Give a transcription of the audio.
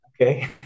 okay